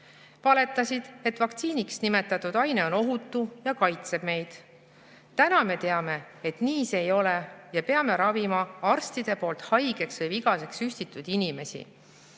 valetasid, et vaktsiiniks nimetatud aine on ohutu ja kaitseb meid. Täna me teame, et nii see ei ole, ja me peame ravima arstide poolt haigeks või vigaseks süstitud inimesi.